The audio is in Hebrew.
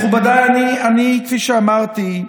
מכובדיי, אני, כפי שאמרתי,